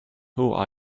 who